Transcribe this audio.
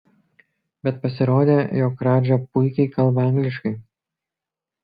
bet pasirodė jog radža puikiai kalba angliškai